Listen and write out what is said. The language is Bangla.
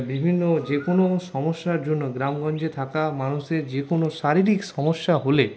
বিভিন্ন যে কোনো সমস্যার জন্য গ্রামগঞ্জে থাকা মানুষদের যে কোনো শারীরিক সমস্যা হলে